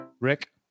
Rick